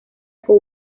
con